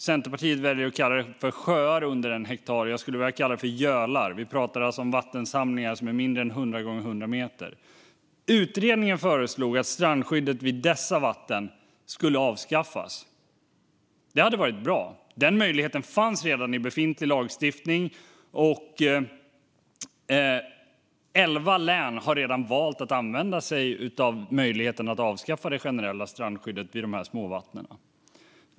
Centerpartiet väljer att kalla det sjöar under ett hektar. Jag skulle vilja kalla det gölar - vi pratar om vattensamlingar som är mindre än 100 gånger 100 meter. Utredningen föreslog alltså att skyddet vid dessa vatten skulle avskaffas. Det hade varit bra. Den möjligheten fanns redan i befintlig lagstiftning, och elva län har redan valt att använda sig av möjligheten att avskaffa det generella strandskyddet vid dessa småvatten.